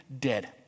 dead